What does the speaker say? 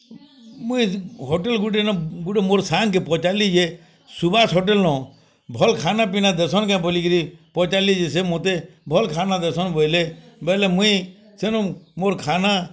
ମୁଇଁ ହୋଟେଲ୍ ଗୁଟେନ ଗୁଟେ ମୋର୍ ସାଙ୍ଗକେ ପଚାରଲି ଯେ ସୁବାଷ ହୋଟେଲ୍ ନଁ ଭଲ୍ ଖାନାପିନା ଦେଶନ୍ କେ ବୋଲି କରି ପଚାରଲି ଯେ ସେ ମୋତେ ଭଲ୍ ଖାନା ଦେସନ୍ ବଇଲେ ବୋଲେ ମୁଇଁ ସେନୁ ମୋର୍ ଖାନା